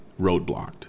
roadblocked